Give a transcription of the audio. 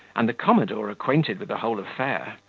and the commodore acquainted with the whole affair,